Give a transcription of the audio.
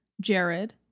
Jared